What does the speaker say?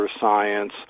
science